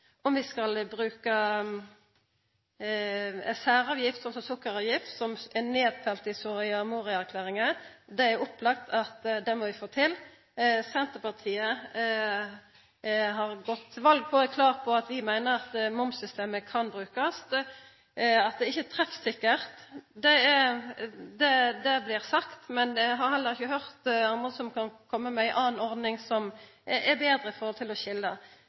særavgift – slik som sukkeravgift, som er nedfelt i Soria Moria-erklæringa – er det opplagt at vi må få til. Senterpartiet har gått til val på og er klar på at vi meiner at momssystemet kan brukast. Det blir sagt at det ikkje er treffsikkert, men eg har heller ikkje høyrt andre som kan koma med ei anna ordning som er betre når det gjeld å skilja.